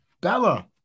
Bella